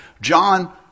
John